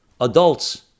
adults